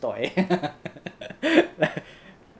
toy